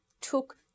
took